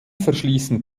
verschließen